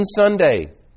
Sunday